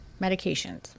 medications